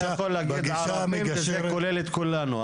אתה יכול להגיד ערבים וזה כולל את כולנו,